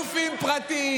לא גופים פרטיים,